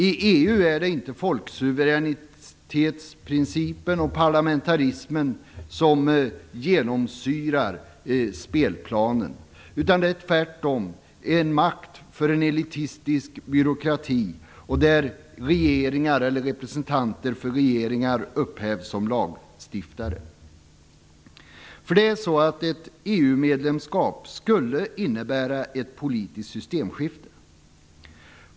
I EU är det inte folksuveränitetsprincipen och parlamentarismen som genomsyrar spelplanen, utan EU är tvärtom en maktapparat för en elitistisk byråkrati, där regeringar eller representanter för regeringar uppträder som lagstiftare. Ett EU-medlemskap skulle innebära ett politiskt systemskifte.